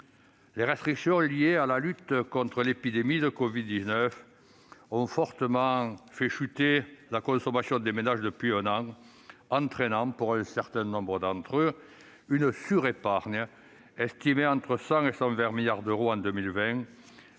Les restrictions liées à la lutte contre l'épidémie de covid-19 ont fortement fait chuter la consommation des ménages depuis un an, ce qui a entraîné, pour un certain nombre d'entre eux, une surépargne. Estimée entre 100 milliards et 120 milliards d'euros en 2020,